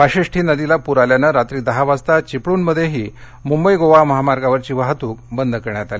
वाशिष्ठी नदीला पूर आल्यानं रात्री दहा वाजता चिपळूणमध्येही मुंबई गोवा महामार्गावरची वाहतूक बंद करण्यात आली